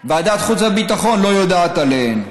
ועדת החוץ והביטחון לא יודעת עליהן.